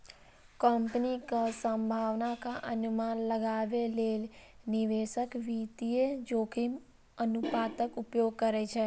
कंपनीक संभावनाक अनुमान लगाबै लेल निवेशक वित्तीय जोखिम अनुपातक उपयोग करै छै